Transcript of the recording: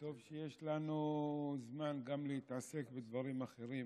טוב שיש לנו זמן גם להתעסק בדברים אחרים